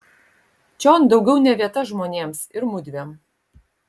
čion daugiau ne vieta žmonėms ir mudviem